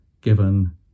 given